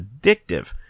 addictive